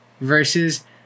versus